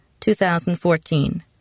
2014